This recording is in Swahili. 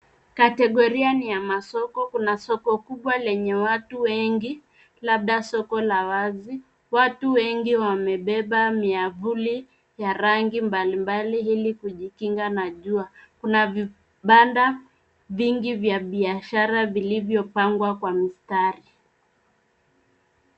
Kategoria ni ya masoko. Kuna soko kubwa lenye watu wengi labda soko la wazi. Watu wengi wamebeba miavuli ya rangi mbalimbali ili kujikinga na jua. Kuna vibanda vingi vya biashara vilivyopangwa kwa mistari.